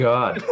God